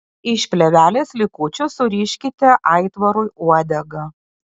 iš plėvelės likučių suriškite aitvarui uodegą